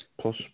Plus